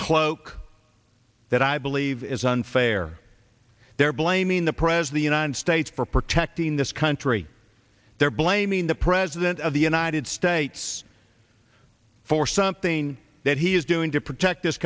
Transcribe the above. cloak that i believe is unfair they're blaming the prez the united states for protecting this country they're blaming the president of the united states for something that he is doing to protect this